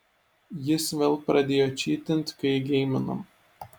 jis vėl pradėjo čytint kai geiminom